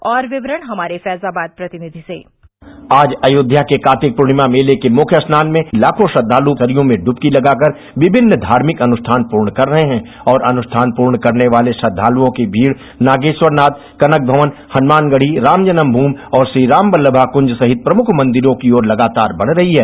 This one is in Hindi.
और विवरण हमारे फैजाबाद प्रतिनिधि सेः आज अयोध्या के कार्तिक पूर्णिमा मेले के मुख्य स्नान में लाखों श्रद्धाल् सरयू में ड्रवकी लगाकर विभिन्न धार्मिक अनुष्ठान पूर्ण कर रहे हैं और अनुष्ठान पूर्ण करने वाले श्रद्वालुओं की भीड़ नागेरवरनाथ कनक भवन हनुयानगढ़ी रामजन्म भूमि और श्रीरामबल्लभाकुज सहित प्रमुख मंदिरों की ओर लगातार बढ़ रही है